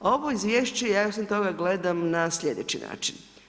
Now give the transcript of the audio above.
Ovo izvješće ja osim toga gledam na sljedeći način.